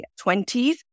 20s